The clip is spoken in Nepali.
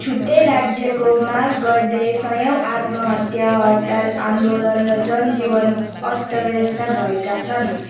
छुट्टै राज्यको माग गर्दै सयौं आत्महत्या हडताल आन्दोलन र जनजीवन अस्तव्यस्त भएका छन्